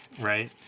right